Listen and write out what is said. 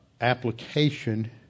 application